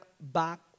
back